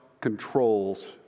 controls